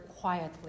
quietly